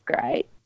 Great